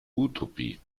utopie